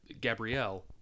Gabrielle